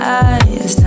eyes